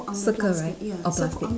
circle right